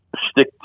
stick